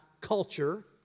culture